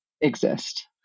exist